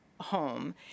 home